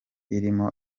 irimo